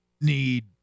need